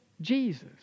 Jesus